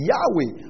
Yahweh